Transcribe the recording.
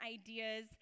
ideas